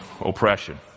oppression